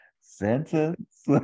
Sentence